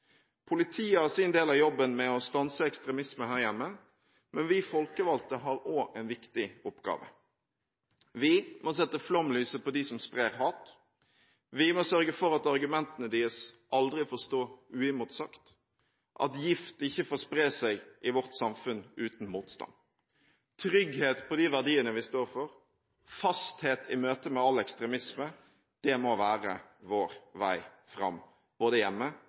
Politiet har sin del av jobben med å stanse ekstremisme her hjemme, men vi folkevalgte har også en viktig oppgave. Vi må sette flomlyset på dem som sprer hat. Vi må sørge for at argumentene deres aldri får stå uimotsagt, og at gift ikke får spre seg i vårt samfunn uten motstand. Trygghet på de verdiene vi står for, og fasthet i møte med all ekstremisme, må være vår vei fram både hjemme